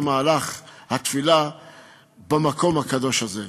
למהלך התפילה במקום הקדוש הזה.